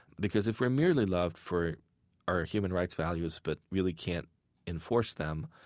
because if we're merely loved for our human rights values but really can't enforce them,